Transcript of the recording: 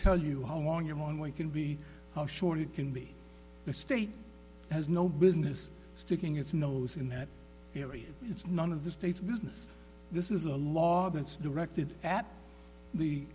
tell you how long your own way can be how short it can be the state has no business sticking its nose in that area it's none of the state's business this is a law that's directed at the